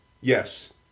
Yes